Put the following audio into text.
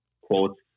quotes